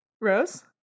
Rose